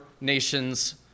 nation's